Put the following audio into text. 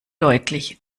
deutlich